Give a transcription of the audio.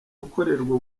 gukorerwa